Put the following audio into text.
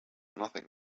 nothing